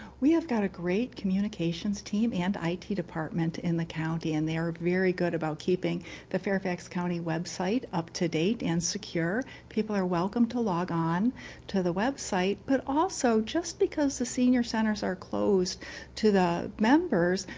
we have got a great communications team and i t department in the county and they're very good about keeping the fairfax county website up to date and secure. people are welcome to la gone to the website, but also just because the senior centers are closed to the members.